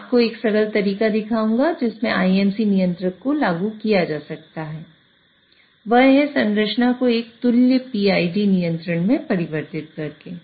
मैं आपको एक सरल तरीका दिखाऊंगा जिसमें IMC नियंत्रक को लागू किया जा सकता है वह है संरचना को एक तुल्य PID नियंत्रण में परिवर्तित करके